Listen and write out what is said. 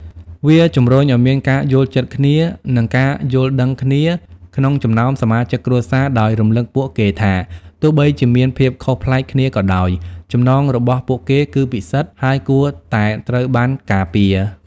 វាជំរុញឲ្យមានការយល់ចិត្តគ្នា និងការយល់ដឹងគ្នាក្នុងចំណោមសមាជិកគ្រួសារ ដោយរំលឹកពួកគេថា ទោះបីជាមានភាពខុសប្លែកគ្នាក៏ដោយ ចំណងរបស់ពួកគេគឺពិសិដ្ឋ ហើយគួរតែត្រូវបានការពារ។